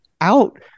out